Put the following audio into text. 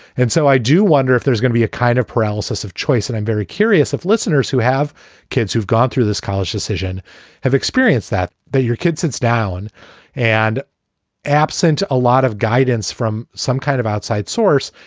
and so i do wonder if there's gonna be a kind of paralysis of choice. and i'm very curious if listeners who have kids who've gone through this college decision have experienced that, that your kid sits down and absent a lot of guidance from some kind of outside source,